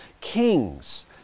kings